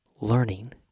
Learning